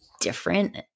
different